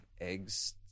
eggs